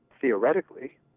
theoretically